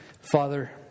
Father